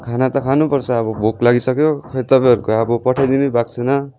खाना त खानुपर्छ अब भोक लागिसक्यो खोइ तपाईँहरूको अब पठाइ दिनुभएको छैन